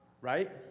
Right